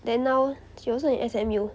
then now she also in S_M_U